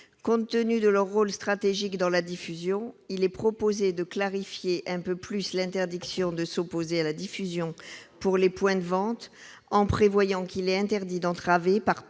Compte tenu de leur rôle stratégique dans la diffusion, il est proposé de clarifier un peu plus l'interdiction de s'opposer à la diffusion pour les points de vente, en prévoyant qu'il est interdit d'entraver par « tous